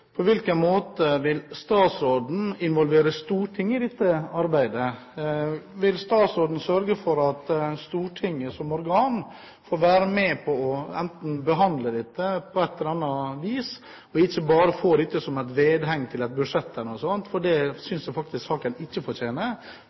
På hvilken måte vil statsråden involvere Stortinget i dette arbeidet? Vil han sørge for at Stortinget som organ får være med på å behandle dette på et eller annet vis, og ikke bare får det som et vedheng til et budsjett eller noe slikt? Det synes jeg saken faktisk ikke fortjener.